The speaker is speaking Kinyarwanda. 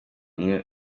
umwe